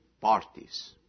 parties